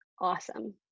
awesome